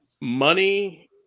money